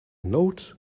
note